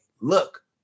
look